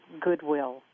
goodwill